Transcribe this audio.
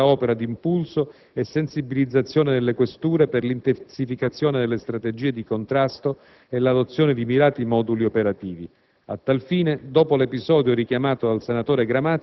Il Ministero dell'interno sta svolgendo, a tal fine, un'attenta opera di impulso e sensibilizzazione delle questure per l'intensificazione delle strategie di contrasto e l'adozione di mirati moduli operativi.